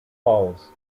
falls